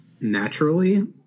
naturally